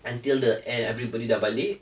until the end everybody dah balik